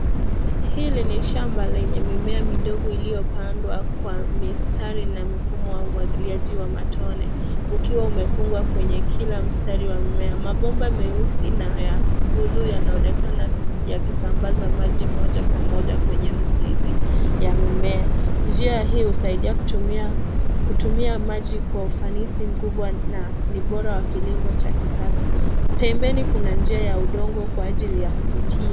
Hili ni shamba lenye mimea midogo iliyopandwa kwa mistari na mfumo wa umwagiliaji wa matone. Ukiwa umefungwa kwenye kila mstari wa mmea. Mabomba meusi na ya buluu yanaonekana yakisambaza maji moja kwa moja kwenye mizizi ya mimea. Njia hii husaidia kutumia maji kwa ufanisi mkubwa na ni bora wa kilimo cha kisasa. Pembeni kuna njia ya udongo kwa ajili ya kupitia.